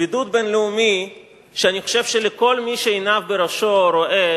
בידוד בין-לאומי שאני חושב שכל מי שעיניו בראשו רואה